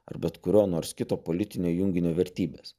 ar bet kurio nors kito politinio junginio vertybes